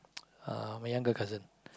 uh my younger cousin